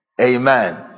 Amen